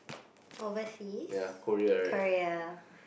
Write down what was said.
overseas Korea